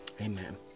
Amen